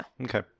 okay